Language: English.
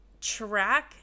Track